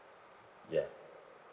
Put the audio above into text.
ya